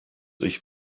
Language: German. ich